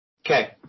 Okay